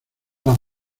las